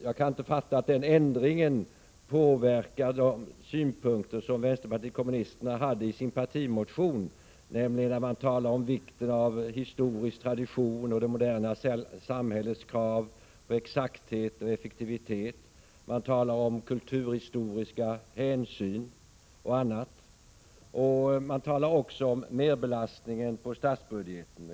Jag kan inte fatta att den ändringen påverkar de synpunkter som vänsterpartiet kommunisterna anförde i sin partimotion, där man talar om vikten av historisk tradition, om det moderna samhällets krav på exakthet och effektivitet, om kulturhistoriska hänsyn och om merbelastningen på statsbudgeten.